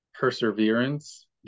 perseverance